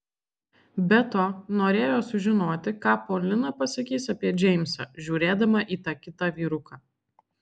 be to norėjo sužinoti ką polina pasakys apie džeimsą žiūrėdama į tą kitą vyruką